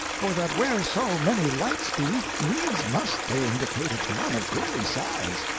for that where so many lights be needs must they indicate a town of goodly size.